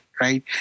right